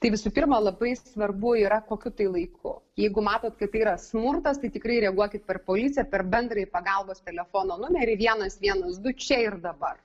tai visų pirma labai svarbu yra kokiu laiku jeigu matot kaip yra smurtas tai tikrai reaguokit per policiją per bendrąjį pagalbos telefono numerį vienas vienas du čia ir dabar